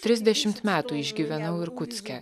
trisdešimt metų išgyvenau irkutske